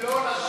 אומרים לא ל-30